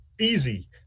Easy